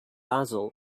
basil